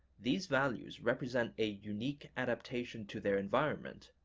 these values represent a unique adaptation to their environment,